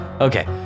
okay